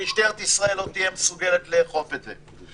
שמשטרת ישראל לא תהיה מסוגלת לאכוף את זה.